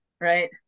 right